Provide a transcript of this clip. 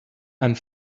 and